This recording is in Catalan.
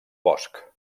bosc